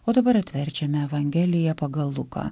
o dabar atverčiame evangeliją pagal luką